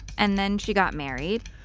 and then she got married.